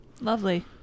Lovely